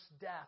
death